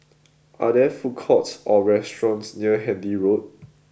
are there food courts or restaurants near Handy Road